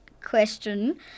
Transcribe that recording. question